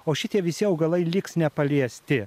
o šitie visi augalai liks nepaliesti